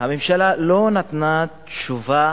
הממשלה לא נתנה תשובה